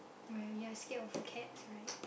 well you're scared of cats right